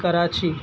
Karachi